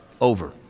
over